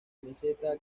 meseta